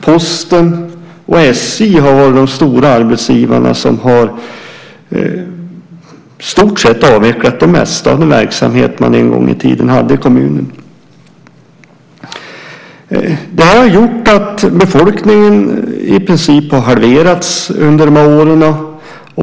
Posten och SJ är stora arbetsgivare som har avvecklat i stort sett det mesta av den verksamhet man en gång i tiden hade i kommunen. Det har gjort att befolkningen i princip har halverats under de här åren.